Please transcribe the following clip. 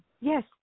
Yes